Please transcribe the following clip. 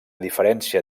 diferència